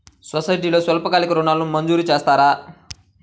సొసైటీలో స్వల్పకాలిక ఋణాలు మంజూరు చేస్తారా?